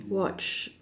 watch